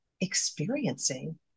experiencing